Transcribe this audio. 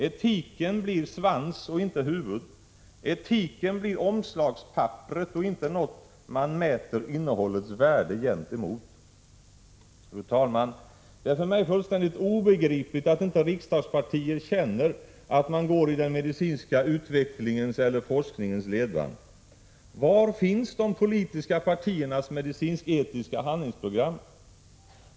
Etiken blir svans och inte huvud. Etiken blir omslagspapperet och inte något man mäter innehållets värde gentemot. Fru talman! Det är för mig fullständigt obegripligt att inte riksdagspartier känner att man går i den medicinska utvecklingens eller forskningens ledband. Var finns de politiska partiernas medicinsk-etiska handlingsprogram?